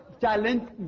challenge